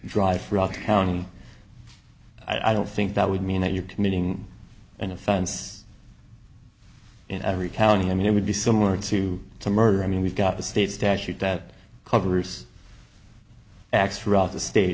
drive for uptown i don't think that would mean that you're committing an offense in every county i mean it would be similar to to murder i mean we've got the state statute that covers acts throughout the state